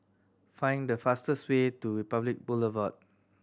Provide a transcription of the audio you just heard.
find the fastest way to Republic Boulevard